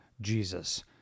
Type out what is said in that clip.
Jesus